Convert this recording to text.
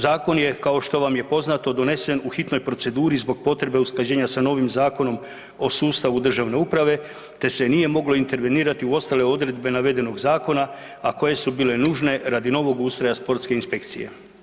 Zakon je, kao što vam je poznato donesen u hitnoj proceduri zbog potrebe usklađenja sa novim Zakonom o sustavu državne uprave, te se nije moglo intervenirati u ostale odredbe navedenog Zakona, a koje su bile nužne radi novog ustroja sportske inspekcije.